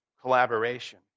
collaboration